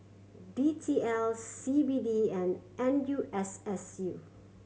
D T L C B D and N U S S U